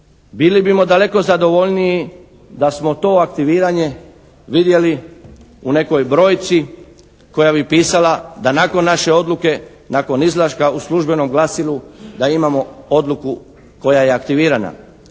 Bili bismo daleko zadovoljniji da smo to aktiviranje vidjeli u nekoj brojci koja bi pisala da nakon naše odluke, nakon izlaska u službenom glasilu da imamo odluku koja je aktivirana.